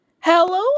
Hello